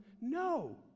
No